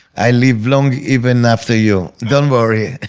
i live long even after you. don't worry